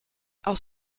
aus